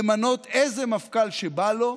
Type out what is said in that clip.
למנות איזה מפכ"ל שבא לו?